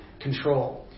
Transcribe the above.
control